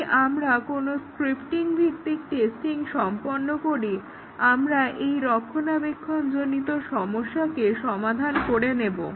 যদি আমরা কোনো স্ক্রিপটিং ভিত্তিক টেস্টিং সম্পন্ন করি আমরা এই রক্ষণাবেক্ষণজনিত সমস্যা সমাধান করে নেব